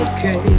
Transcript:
Okay